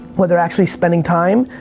weather actually spending time.